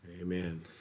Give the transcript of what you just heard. Amen